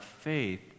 faith